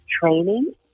training